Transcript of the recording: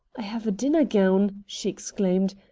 i have a dinner gown, she exclaimed,